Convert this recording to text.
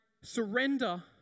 surrender